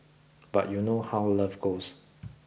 but you know how love goes